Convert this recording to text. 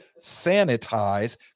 sanitize